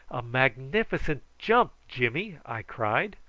a magnificent jump, jimmy, i cried.